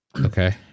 Okay